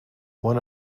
one